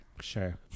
Sure